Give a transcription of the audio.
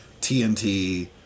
TNT